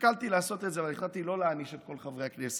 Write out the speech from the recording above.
שקלתי לעשות את זה אבל החלטתי לא להעניש את כל חברי הכנסת.